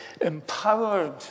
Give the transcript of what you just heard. empowered